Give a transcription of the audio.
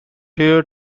heir